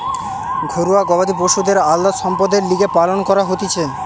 ঘরুয়া গবাদি পশুদের আলদা সম্পদের লিগে পালন করা হতিছে